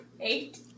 Eight